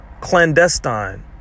clandestine